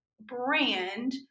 brand